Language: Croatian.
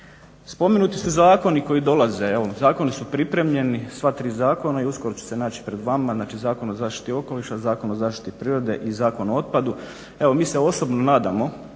Spomenuti su zakoni koji dolaze, evo zakoni su pripremljeni, sva tri zakona i uskoro će se naći pred vama, znači Zakon o zaštiti okoliša, Zakon o zaštiti prirode i Zakon o otpadu. Evo mi se osobno nadamo,